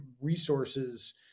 resources